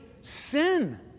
sin